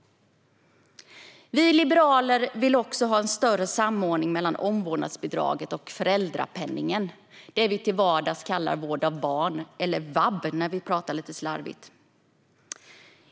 Vi liberaler vill också ha en större samordning mellan omvårdnadsbidraget och föräldrapenningen, det vi till vardags kallar vård av barn - eller vab, när vi pratar lite slarvigt.